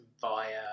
via